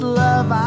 love